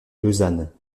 lausanne